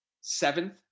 Seventh